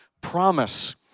promise